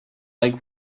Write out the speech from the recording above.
like